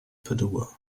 padua